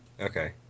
Okay